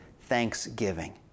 Thanksgiving